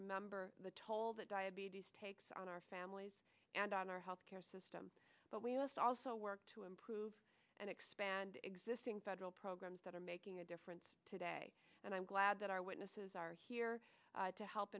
remember the toll that diabetes takes on our families and on our health care system but we must also work to improve and expand existing federal programs that are making a difference today and i'm glad that our witnesses are here to help